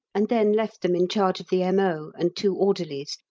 and then left them in charge of the m o. and two orderlies,